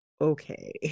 okay